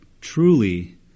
truly